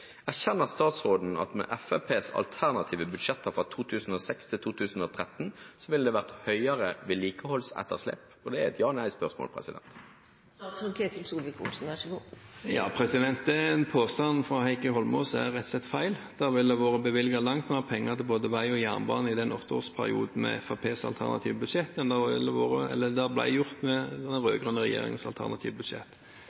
Erkjenner statsråden at med Fremskrittspartiets alternative budsjetter fra 2006 til 2013 ville det vært høyere vedlikeholdsetterslep? Det er et ja/nei-spørsmål. Den påstanden fra Heikki Eidsvoll Holmås er rett og slett feil. Det ville vært bevilget langt mer penger til både vei og jernbane i den åtteårsperioden med Fremskrittspartiets alternative budsjett, enn det ble gjort med den